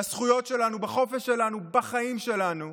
בזכויות שלנו, בחופש שלנו, בחיים שלנו.